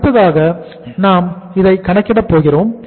அடுத்ததாக நாம் இதை கணக்கிட போகிறோம்